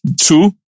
Two